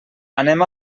anem